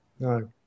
No